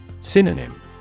Synonym